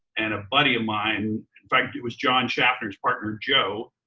and a buddy of mine, in fact, it was john shaffner's partner joe,